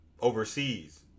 overseas